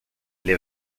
les